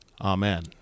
Amen